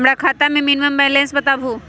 हमरा खाता में मिनिमम बैलेंस बताहु?